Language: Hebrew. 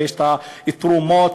ויש תרומות,